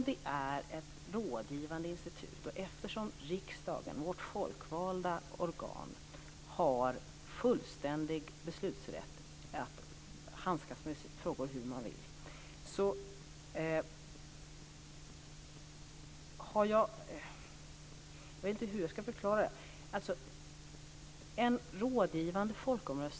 Det är ett rådgivande institut, och riksdagen, vårt folkvalda organ, har fullständig beslutsrätt och kan handskas med frågor hur man vill. Jag vet inte hur jag ska förklara det här.